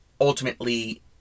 ultimately